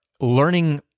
learning